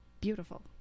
beautiful